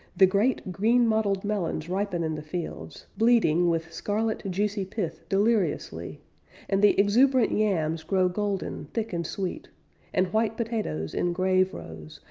the great green-mottled melons ripen in the fields, bleeding with scarlet, juicy pith deliriously and the exuberant yams grow golden, thick and sweet and white potatoes, in grave-rows,